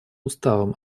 уставом